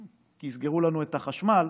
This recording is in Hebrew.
כי יסגרו לנו את החשמל